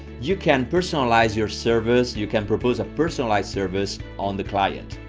you can personalize your service, you can propose a personalized service on the client.